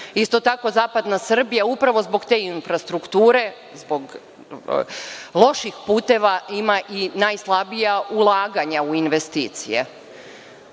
tako, zapadna Srbija zbog te infrastrukture, zbog loših puteva ima i najslabija ulaganja u investicije.